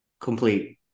complete